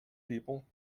people